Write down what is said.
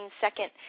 second